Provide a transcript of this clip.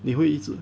你会一直